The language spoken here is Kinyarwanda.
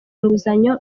inguzanyo